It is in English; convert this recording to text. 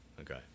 Okay